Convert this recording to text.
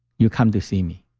you come to see me.